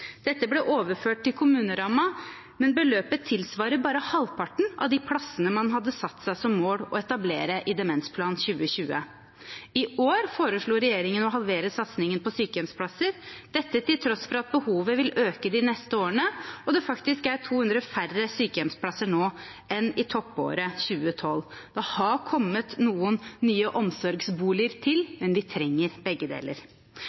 Dette ble overført til kommunerammen, men beløpet tilsvarer bare halvparten av de plassene man hadde satt seg som mål å etablere i Demensplan 2020. I år foreslo regjeringen å halvere satsingen på sykehjemsplasser, dette til tross for at behovet vil øke de neste årene og det faktisk er 200 færre sykehjemsplasser nå enn i toppåret 2012. Det har kommet noen nye omsorgsboliger til, men vi trenger begge deler.